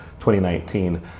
2019